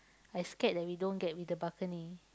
I scared that we don't get with the balcony